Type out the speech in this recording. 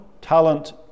talent